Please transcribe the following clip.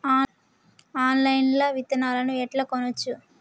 Online లా విత్తనాలను ఎట్లా కొనచ్చు?